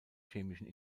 chemischen